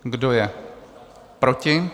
Kdo je proti?